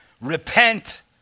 Repent